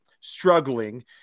struggling